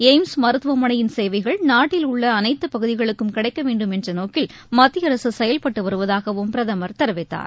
AIIMS மருத்துவமனையின் சேவைகள் நாட்டில் உள்ள அனைத்துப் பகுதிகளுக்கு கிடைக்க வேண்டும் என்ற நோக்கில் மத்திய அரசு செயல்பட்டு வருவதாகவும் பிரதமர் தெரிவித்தார்